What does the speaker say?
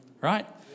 right